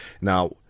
Now